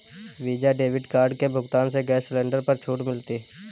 visa debit card के भुगतान से गैस सिलेंडर पर छूट मिलती है